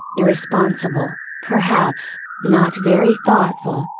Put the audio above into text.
irresponsible, perhaps, not very thoughtful,